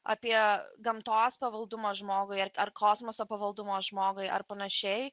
apie gamtos pavaldumą žmogui ar kosmoso pavaldumo žmogui ar panašiai